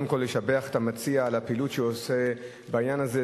קודם כול לשבח את המציע על הפעילות שהוא עושה בעניין הזה.